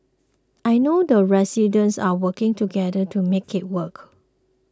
I know the residents are working together to make it work